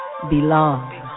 belong